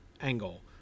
angle